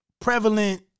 prevalent